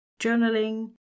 journaling